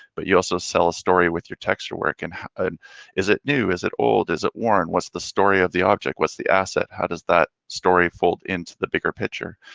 but you also sell a story with your texture work, and ah is it new? is it old? is it worn? what's the story of the object? what's the asset? how does that story fold into the bigger picture?